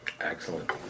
Excellent